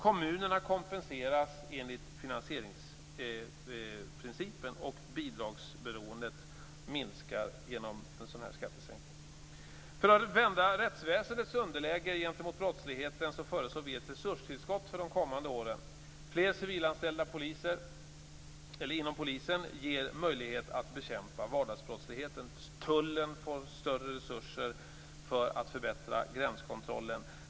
Kommunerna kompenseras enligt finansieringsprincipen, och bidragsberoendet minskar genom en sådan skattesänkning. För att vända rättsväsendets underläge gentemot brottsligheten föreslår vi ett resurstillskott för de kommande åren. Fler civilanställda inom polisen ger möjlighet att bekämpa vardagsbrottsligheten. Tullen får större resurser för att förbättra gränskontrollen.